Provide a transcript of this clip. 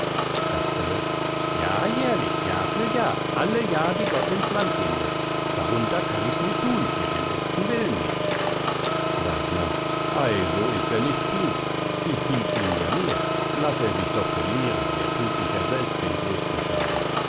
casperle ja jährlich jahr für jahr alle jahr die gott ins land gehn läßt darunter kann ichs nit thun mit dem besten willen nit wagner ei so ist er nicht klug ich biet ihm ja mehr laß er sich doch belehren er thut sich ja selbst den grösten schaden